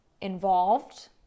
involved